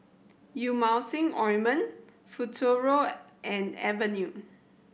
Emulsying Ointment Futuro and Avenue